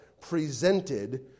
presented